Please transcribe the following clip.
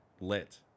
lit